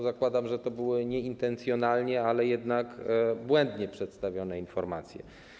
Zakładam, że to były nieintencjonalnie, ale jednak błędnie przedstawione informacje.